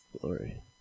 glory